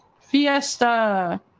fiesta